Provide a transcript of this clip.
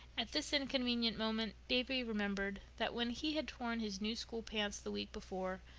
at this inconvenient moment davy remembered that when he had torn his new school pants the week before,